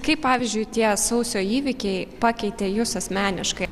kaip pavyzdžiui tie sausio įvykiai pakeitė jus asmeniškai